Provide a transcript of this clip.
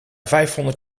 vijfhonderd